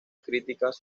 críticas